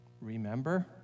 Remember